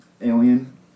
Alien